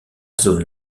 zone